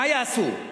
מה יעשו?